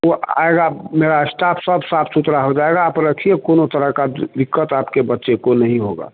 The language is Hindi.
वह आएगा मेरा इस्टाफ सब साफ़ सुथरा हो जाएगा आप रखिए कौनो तरह का दिक्कत आपके बच्चे को नहीं होगा